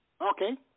Okay